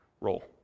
role